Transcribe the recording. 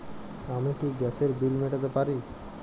আমি কি গ্যাসের বিল মেটাতে পারি?